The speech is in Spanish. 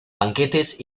banquetes